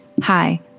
Hi